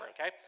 okay